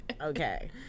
Okay